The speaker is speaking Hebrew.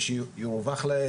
ושירווח להם,